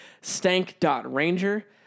stank.ranger